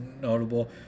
notable